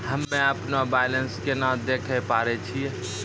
हम्मे अपनो बैलेंस केना देखे पारे छियै?